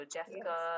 Jessica